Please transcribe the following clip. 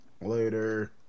Later